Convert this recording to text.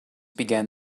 began